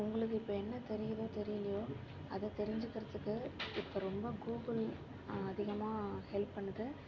உங்ளுக்கு இப்போ என்ன தெரியுதோ தெரியலையோ அதை தெருஞ்சுக்றத்க்கு இப்போ ரொம்ப கூகுள் அதிகமாக ஹெல்ப் பண்ணுது